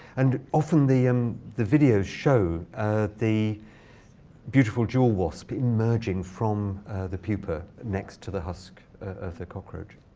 and often, the um the videos show the beautiful jewel wasp emerging from the pupa next to the husk of the cockroach.